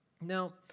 Now